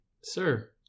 Sir